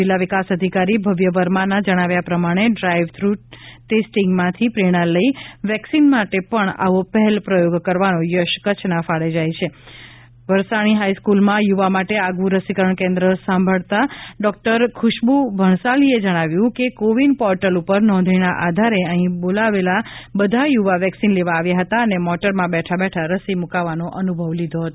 જિલ્લા વિકાસ અધિકારી ભવ્ય વર્મા ના જણાવ્યા પ્રમાણે ડ્રાઇવથ્યૂ ટેસ્ટિંગ માથી પ્રેરણા લઈ વેક્સિન માટેપણ આવો પહેલો પ્રયોગ કરવાનો યશ કચ્છના ફાળે જાય છે વરસાણી હાઈ સ્ફૂલમાં યુવા માટે આગવું રસીકરણ કેન્દ્ર સાંભળતા ડોક્ટર ખુશ્બુ ભણસાલીએ જણાવ્યુ છે કે કોવિન પોર્ટલ ઉપર નોંધણીના આધારે અંહી બોલાવેલા બધા યુવા વેક્સિન લેવા આવ્યા હતા અને મોટરમાં બેઠા બેઠા રસી મૂકાવવાનો અનુભવ લીધો હતો